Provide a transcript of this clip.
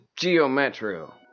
GeoMetro